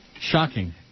Shocking